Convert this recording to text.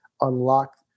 unlock